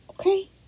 Okay